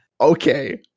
okay